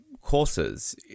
courses